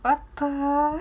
what the